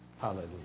hallelujah